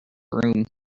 room